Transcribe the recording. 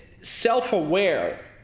self-aware